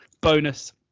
bonus